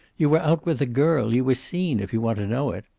you were out with a girl. you were seen, if you want to know it.